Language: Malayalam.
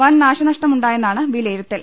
വൻ നാശനഷ്ടമുണ്ടായെ ന്നാണ് വിലയിരുത്തൽ